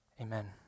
amen